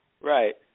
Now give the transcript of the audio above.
Right